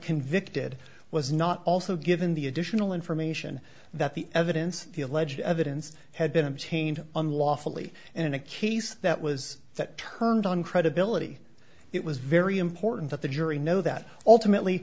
convicted was not also given the additional information that the evidence the alleged evidence had been obtained unlawfully and in a case that was that turned on credibility it was very important that the jury know that ultimately